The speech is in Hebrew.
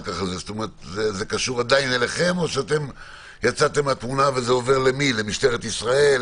זה קשור אליכם או יצאתם מהתמונה וזה עובר למשטרת ישראל,